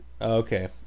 Okay